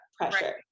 pressure